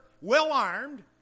well-armed